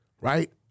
Right